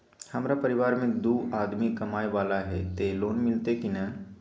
हमरा परिवार में दू आदमी कमाए वाला हे ते लोन मिलते की ने?